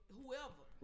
whoever